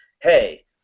hey